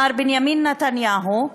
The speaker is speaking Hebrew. מר בנימין נתניהו,